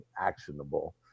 actionable